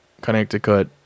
Connecticut